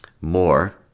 more